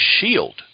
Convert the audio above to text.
shield